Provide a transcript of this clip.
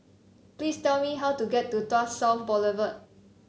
please tell me how to get to Tuas South Boulevard